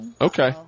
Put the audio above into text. Okay